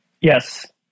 Yes